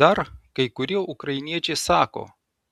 dar kai kurie ukrainiečiai sako